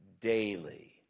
daily